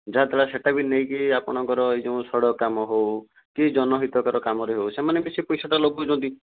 ଯାହା ଥିଲା ସେଇଟା ବି ନେଇକି ଆପଣଙ୍କର ଏ ଯେଉଁ ସଡ଼କ କାମ ହେଉ କି ଜନ ହିତକର କାମରେ ହେଉ ସେମାନେ ବି ସେ ପଇସାଟା ଲଗାଉଛନ୍ତି